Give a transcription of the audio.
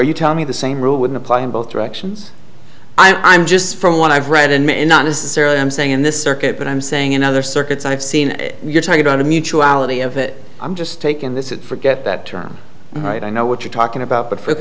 where you tell me the same rule would apply in both directions i'm just from what i've read and may not necessarily i'm saying in this circuit but i'm saying in other circuits i've seen you're talking about a mutuality of it i'm just taking this it forget that term right i know what you're talking about but for